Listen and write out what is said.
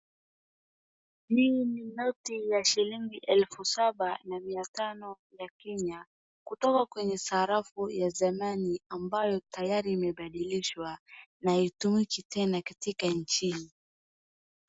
Hii ni noti ya shilingi elfu saba na mia tano ya Kenya, kutoka kwenye sarafu ya zamani ambayo tayari imebadilishwa na haitumiki tena katika nchini.